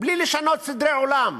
בלי לשנות סדרי עולם,